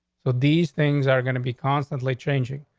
so these things are going to be constantly changing.